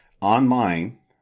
online